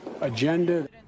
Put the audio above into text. agenda